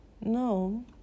No